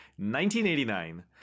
1989